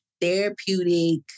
therapeutic